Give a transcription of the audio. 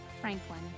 Franklin